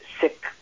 sick